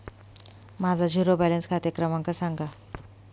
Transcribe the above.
माझा zero balance खाते क्रमांक सांगा